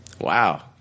Wow